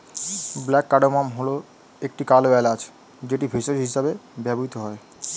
black cardamom হল কালো এলাচ যেটি ভেষজ হিসেবে ব্যবহৃত হয়